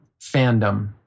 fandom